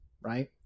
Right